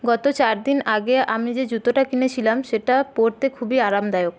গত চারদিন আগে আমি যে জুতোটা কিনেছিলাম সেটা পরতে খুবই আরামদায়ক